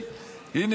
הינה,